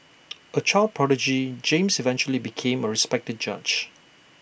A child prodigy James eventually became A respected judge